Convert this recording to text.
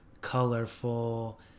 colorful